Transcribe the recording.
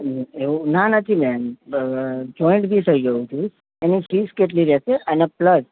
એવું ના નથી મેમ જોઈન્ટ બી થઈ જઉં છુ એનું ફીસ કેટલી રહેશે અને પ્લસ